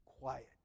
quiet